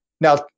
Now